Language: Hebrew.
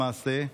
למעשה,